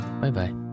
Bye-bye